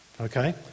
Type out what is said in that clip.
okay